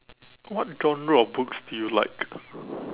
what genre of books do you like